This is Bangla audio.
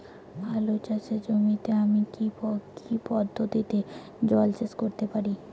আলু চাষে জমিতে আমি কী পদ্ধতিতে জলসেচ করতে পারি?